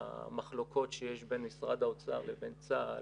למחלוקות שיש בין משרד האוצר לבין צה"ל